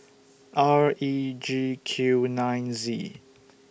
R E G Q nine Z